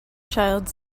child